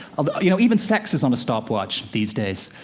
um you know, even sex is on a stopwatch these days.